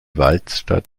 waldstadt